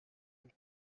and